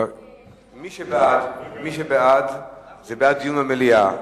מי שבעד, זה בעד דיון במליאה.